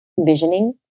visioning